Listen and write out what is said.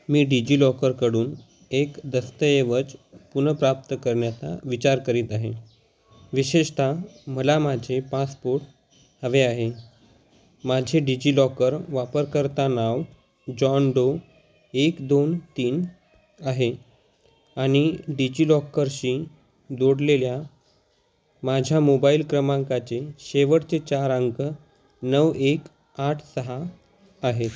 मी डिजिलॉकरकडून एक दस्तऐवज पुनर्प्राप्त करण्याचा विचार करीत आहे विशेषत मला माझे पासपोर्ट हवे आहे माझे डिजिलॉकर वापरकर्ता नाव जॉन डो एक दोन तीन आहे आणि डिजिलॉकरशी दोडलेल्या माझ्या मोबाईल क्रमांकाचे शेवचे चार अंक नऊ एक आठ सहा आहे